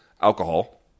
alcohol